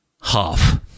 Half